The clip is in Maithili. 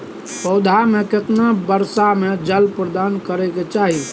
पौधा में केतना मात्रा में जल प्रदान करै के चाही?